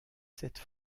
cette